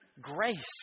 grace